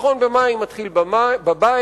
החיסכון במים מתחיל בבית.